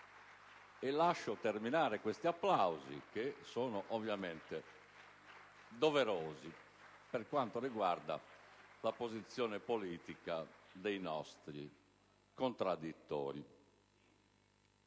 e lascio terminare questi applausi che, ovviamente, sono doverosi per quanto riguarda la posizione politica dei nostri contraddittori.